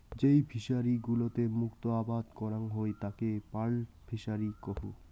যেই ফিশারি গুলোতে মুক্ত আবাদ করাং হই তাকে পার্ল ফিসারী কুহ